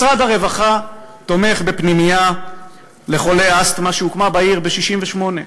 משרד הרווחה תומך בפנימייה לחולי אסתמה בעיר ב-1968,